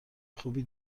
خوبی